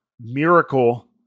miracle